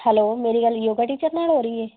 hello ਮੇਰੀ ਗੱਲ yoga teacher ਨਾਲ ਹੋ ਰਹੀ ਹੈ